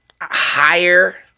higher